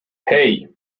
hey